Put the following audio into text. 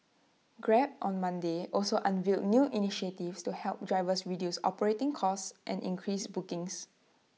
grab on Monday also unveiled new initiatives to help drivers reduce operating costs and increase bookings